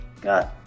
got